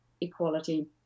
equality